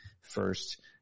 first